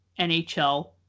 NHL